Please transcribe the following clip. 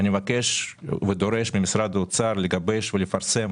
אני מבקש ודורש ממשרד האוצר לגבש ולפרסם